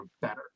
better